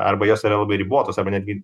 arba jos yra labai ribotos arba netgi